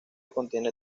contiene